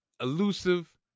elusive